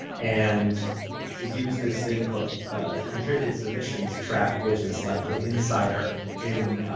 and use this thing called contributed submissions track, which is like an insider in